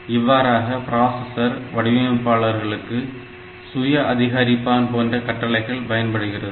இவ்வாறாக பிராசஸர் வடிவமைப்பாளர்களுக்கு சுய அதிகரிப்பான் போன்ற கட்டளைகள் பயன்படுகிறது